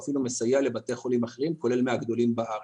אפילו מסייע לבתי חולים אחרים כולל מהגדולים בארץ.